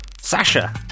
Sasha